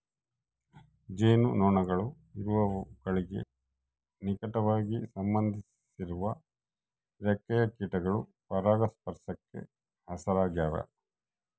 ಜೇನುನೊಣಗಳು ಇರುವೆಗಳಿಗೆ ನಿಕಟವಾಗಿ ಸಂಬಂಧಿಸಿರುವ ರೆಕ್ಕೆಯ ಕೀಟಗಳು ಪರಾಗಸ್ಪರ್ಶಕ್ಕೆ ಹೆಸರಾಗ್ಯಾವ